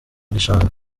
gishanga